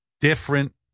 different